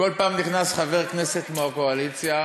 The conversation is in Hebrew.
כל פעם נכנס חבר כנסת מהקואליציה